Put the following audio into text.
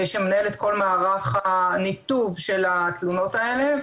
מי שמנהל את כל מערך הניתוב של התלונות האלה.